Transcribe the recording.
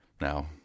Now